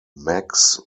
max